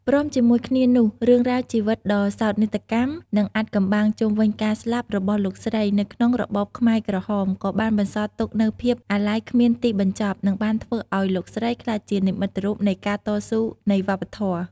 ព្រមជាមួយគ្នានោះ រឿងរ៉ាវជីវិតដ៏សោកនាដកម្ម និង អាថ៌កំបាំងជុំវិញការស្លាប់ របស់លោកស្រីនៅក្នុងរបបខ្មែរក្រហម ក៏បានបន្សល់ទុកនូវភាពអាល័យគ្មានទីបញ្ចប់ និងបានធ្វើឲ្យលោកស្រីក្លាយជានិមិត្តរូបនៃការតស៊ូនៃវប្បធម៌។